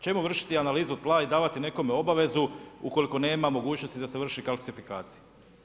Čemu vršiti analizu tla i davati nekome obavezu ukoliko nema mogućnosti da se vrši kalcifikacija.